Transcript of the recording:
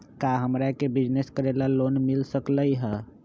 का हमरा के बिजनेस करेला लोन मिल सकलई ह?